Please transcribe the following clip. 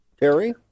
Terry